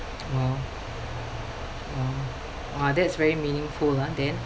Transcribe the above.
!wow! !wow! !wah! that's very meaningful ah dan